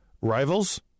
Rivals